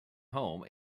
home